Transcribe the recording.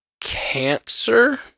Cancer